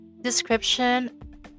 Description